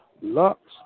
Lux